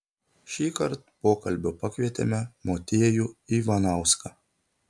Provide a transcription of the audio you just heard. šįkart pokalbio pakvietėme motiejų ivanauską